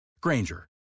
Granger